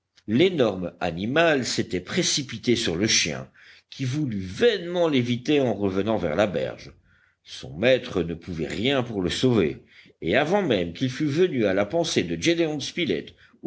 l'énorme animal s'était précipité sur le chien qui voulut vainement l'éviter en revenant vers la berge son maître ne pouvait rien pour le sauver et avant même qu'il fût venu à la pensée de